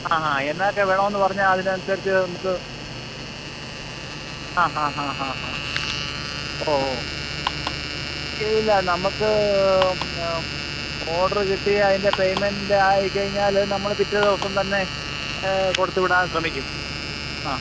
ആ ഹാ എന്നാക്കെ വേണമെന്ന് പറഞ്ഞാൽ അതിനനുസരിച്ച് നമുക്ക് ആ ഹാ ഹാ ഹാ ഹാ ഓ ഓ ഇല്ല നമുക്ക് ഓട്ര് കിട്ടി അതിന്റെ പേയ്മെൻറ്റായി കഴിഞ്ഞാൽ നമ്മൾ പിറ്റേദിവസം തന്നെ കൊടുത്ത് വിടാൻ ശ്രമിക്കും ആ